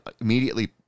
immediately